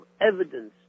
evidence